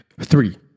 Three